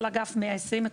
כל אגף 120 מקומות,